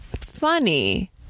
funny